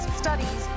studies